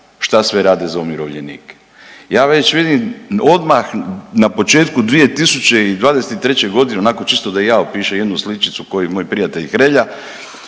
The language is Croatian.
šta sve rade za umirovljenike. Ja već vidim odmah na početku 2023. g., onako čisto da ja opišem jednu sličicu, kao i moj prijatelj Hrelja,